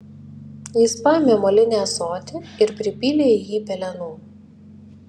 jis paėmė molinį ąsotį ir pripylė į jį pelenų